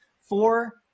four